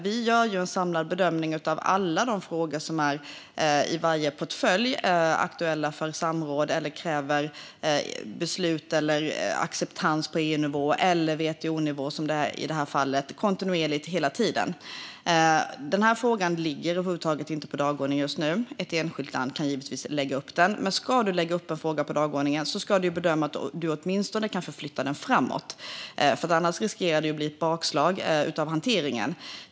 Vi gör en samlad bedömning av alla de frågor som är i varje portfölj, om de är aktuella för samråd, kräver beslut eller acceptans på EU-nivå eller, som i det här fallet, på WTO-nivå. Det gör vi kontinuerligt hela tiden. Den här frågan finns över huvud taget inte på dagordningen just nu. Ett enskilt land kan givetvis ta upp den, men ska man föra upp en fråga på dagordningen måste man göra bedömningen att man åtminstone kan förflytta den framåt. Annars riskerar det att bli ett bakslag i hanteringen.